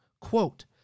Quote